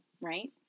Right